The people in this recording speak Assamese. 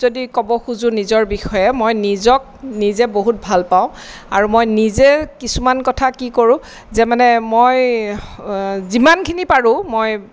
ক'ব খোজো নিজৰ বিষয়ে মই নিজক নিজে বহুত ভাল পাওঁ আৰু মই নিজে কিছুমান কথা কি কৰোঁ যে মানে মই যিমানখিনি পাৰোঁ মই